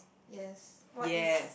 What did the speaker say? yes what is